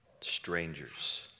strangers